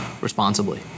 responsibly